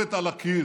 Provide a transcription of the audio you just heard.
הכתובת על הקיר.